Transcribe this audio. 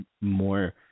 more –